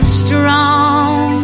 strong